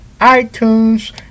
iTunes